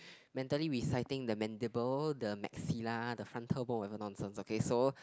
mentally reciting the mandible the maxilla the frontal bone or whatever nonsense okay so